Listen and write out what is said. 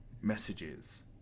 messages